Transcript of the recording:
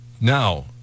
Now